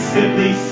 Simply